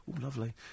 Lovely